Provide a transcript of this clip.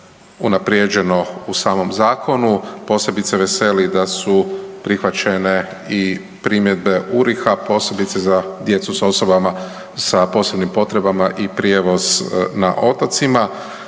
unaprijeđeno u samom zakonu. Posebice veseli da su prihvaćene i primjedbe URIH-a posebice za djecu sa osobama, sa posebnim potrebama i prijevoz na otocima.